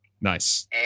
Nice